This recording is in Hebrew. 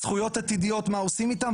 זכויות עתידיות מה עושים איתן?